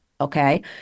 Okay